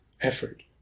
effort